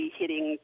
hitting